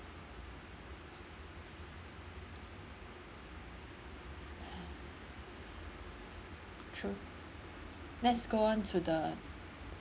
true let's go on to the